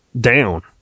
down